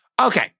Okay